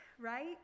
right